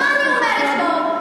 מה אני אומרת פה?